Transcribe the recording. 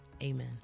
Amen